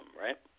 right